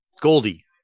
Goldie